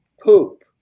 Poop